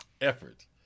effort